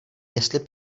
jestli